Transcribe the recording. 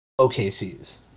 OKCs